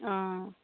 অঁ